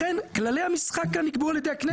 לכן כללי המשחק כאן נקבעו על ידי הכנסת.